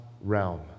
realm